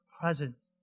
present